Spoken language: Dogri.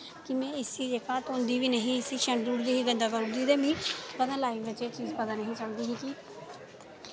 कि में इस्सी जेह्का धोंदी वी निं ही इस्सी छंडी ओड़दी ही गंदा करी ओड़दी ही ते मी कदें लाइफ विच एह् चीज पता निं ही चलदी ही कि